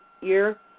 year